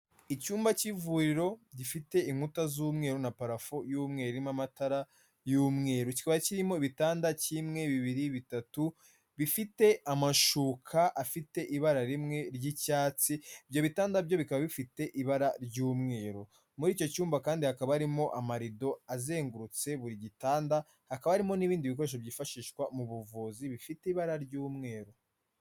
Icyumba cy'ivuriro gifite inkuta z'umweru na parafo y'umweru irimo amatara y'umweru; kikaba kirimo ibitanda: kimwe, bibiri, bitatu, bifite amashuka afite ibara rimwe ry'icyatsi, ibyo bitanda byo bikaba bifite ibara ry'umweru, muri icyo cyumba kandi hakaba harimo amarido azengurutse buri gitanda; hakaba harimo n'ibindi bikoresho byifashishwa mu buvuzi bifite ibara ry'umweru.